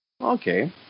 Okay